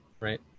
right